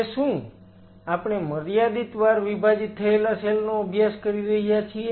કે શું આપણે મર્યાદિત વાર વિભાજીત થયેલા સેલ નો અભ્યાસ કરી રહ્યા છીએ